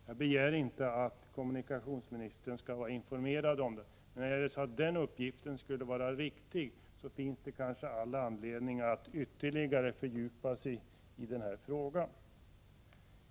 Jag begär inte att kommunikationsministern skall vara informerad om detta, men om den här uppgiften skulle vara riktig finns det anledning att ytterligare fördjupa sig i frågan.